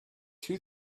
two